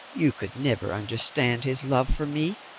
you could never understand his love for me.